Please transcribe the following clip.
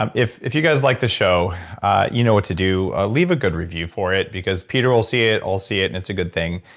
um if if you guys like the show you know what to do. leave a good review for it because peter will see it. i'll see it, and it's a good thing.